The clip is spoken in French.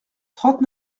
trente